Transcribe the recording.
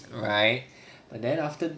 right then after